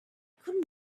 could